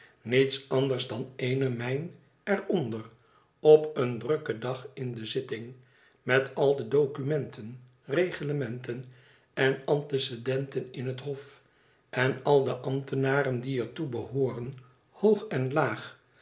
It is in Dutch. niets anders dan eene mijn er onder op een drukken dag in de zitting met al de documenten reglementen en antecedenten in het hof en al de ambtenaren die er toe behooren hoog en laag